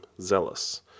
Zealous